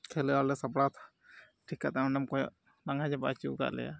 ᱛᱟᱦᱚᱞᱮ ᱟᱞᱮ ᱥᱟᱯᱲᱟᱣ ᱴᱷᱤᱠ ᱠᱟᱛᱮ ᱱᱚᱰᱮᱢ ᱠᱚᱭᱚᱜ ᱞᱟᱜᱟ ᱪᱟᱵᱟ ᱦᱚᱪᱚ ᱠᱟᱫ ᱞᱮᱭᱟ